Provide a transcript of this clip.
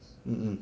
mm mm